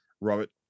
Robert